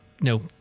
no